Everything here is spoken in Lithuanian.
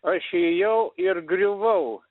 aš įėjau ir griuvau